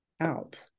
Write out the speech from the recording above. out